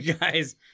guys